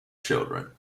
children